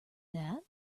that